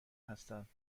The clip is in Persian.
هستند